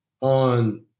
on